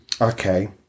Okay